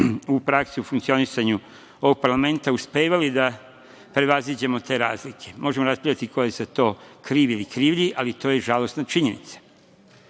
u praksi, u funkcionisanju ovog parlamenta uspevali da prevaziđemo te razlike. Možemo raspravljati ko je za to kriv ili krivlji, ali to je žalosna činjenica. Sa